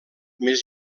més